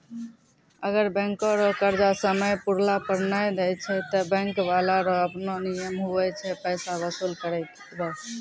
अगर बैंको रो कर्जा समय पुराला पर नै देय छै ते बैंक बाला रो आपनो नियम हुवै छै पैसा बसूल करै रो